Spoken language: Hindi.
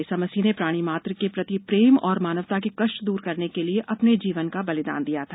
ईसा मसीह ने प्राणी मात्र के प्रति प्रेम और मानवता के कष्ट दूर करने के लिए अपने जीवन का बलिदान दिया था